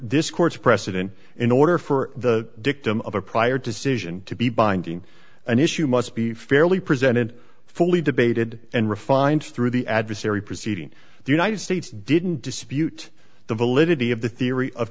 this court's precedent in order for the dictum of a prior decision to be binding an issue must be fairly presented fully debated and refined through the adversary proceeding the united states didn't dispute the validity of the theory of